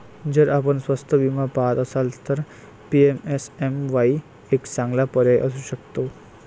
जर आपण स्वस्त विमा पहात असाल तर पी.एम.एस.एम.वाई एक चांगला पर्याय असू शकतो